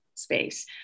space